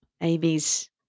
Amy's